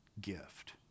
gift